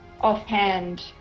offhand